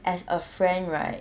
as a friend right